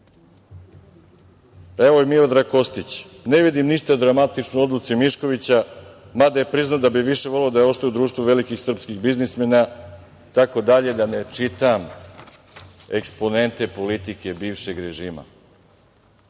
kaže Miodrag Kostić? Ne vidim ništa dramatično u odluci Miškovća, mada je priznao da bi više voleo da je ostao u društvu velikih srpskih biznismena itd, da ne čitam eksponente politike bivšeg režima. Dame